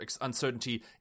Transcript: uncertainty